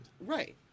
Right